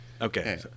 Okay